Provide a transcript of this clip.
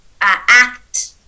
act